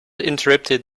interrupted